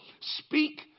speak